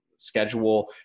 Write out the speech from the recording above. schedule